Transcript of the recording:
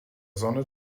sonne